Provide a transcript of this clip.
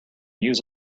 use